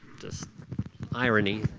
just irony.